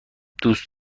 دوست